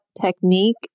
technique